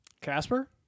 Casper